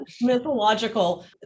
mythological